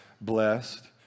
blessed